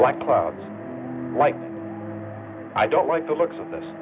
like clouds like i don't like the looks of this